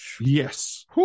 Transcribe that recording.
Yes